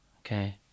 Okay